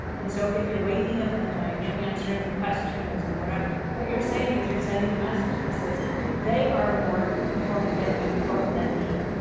and so, if you're waking up in the night and you're answering questions and whatever, what you're saying is you're sending a message that says they are more important than you or than me.